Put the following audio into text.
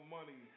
money